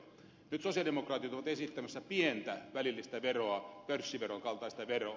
nyt sosiaalidemokraatit ovat esittämässä pientä välillistä veroa pörssiveron kaltaista veroa